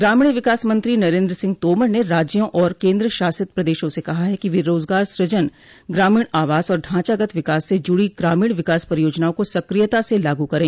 ग्रामीण विकास मंत्री नरेन्द्र सिंह तोमर ने राज्यों और केंद्र शासित प्रदेशों से कहा है कि वे रोजगार सूजन ग्रामीण आवास और ढांचागत विकास से जुड़ी ग्रामीण विकास परियोजनाओं को सक्रियता से लागू करें